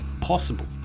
possible